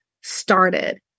started